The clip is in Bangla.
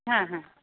হ্যাঁ হ্যাঁ